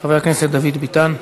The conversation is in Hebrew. חבר הכנסת דוד ביטן.